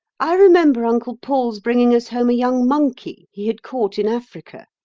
i remember uncle paul's bringing us home a young monkey he had caught in africa.